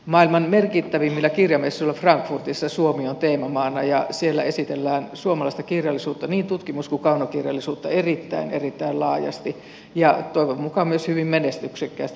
maailman merkittävimmillä kirjamessuilla frankfurtissa suomi on teemamaana ja siellä esitellään suomalaista kirjallisuutta niin tutkimus kuin kaunokirjallisuutta erittäin erittäin laajasti ja toivon mukaan myös hyvin menestyksekkäästi